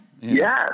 Yes